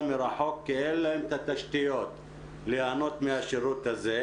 מרחוק כי אין להם את התשתיות ליהנות מהשירות הזה.